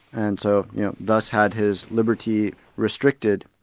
and so you know thus had his liberty restricted.